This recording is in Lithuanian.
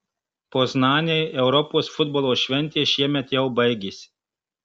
poznanei europos futbolo šventė šiemet jau baigėsi